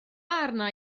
arna